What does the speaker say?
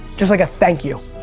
just like a thank you.